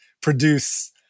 produce